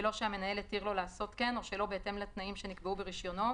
בלא שהמנהל התיר לו לעשות כן או שלא בהתאם לתנאים שנקבעו ברישיונו,